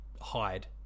hide